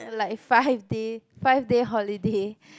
like five day five day holiday